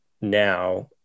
now